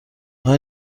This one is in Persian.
آیا